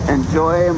Enjoy